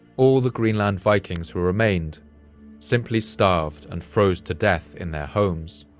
all the greenland vikings who remained simply starved and froze to death in their homes.